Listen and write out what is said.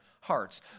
hearts